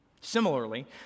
Similarly